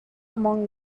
among